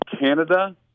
Canada